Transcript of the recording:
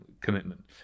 commitment